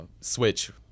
switch